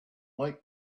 like